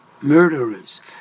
murderers